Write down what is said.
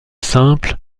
simple